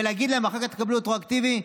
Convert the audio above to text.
ולהגיד להם: אחר כך תקבלו רטרואקטיבית?